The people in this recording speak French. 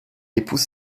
épouse